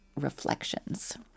Reflections